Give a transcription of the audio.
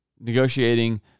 negotiating